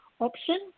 option